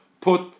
put